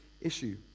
issue